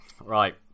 Right